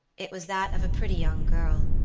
it was that of a pretty young girl,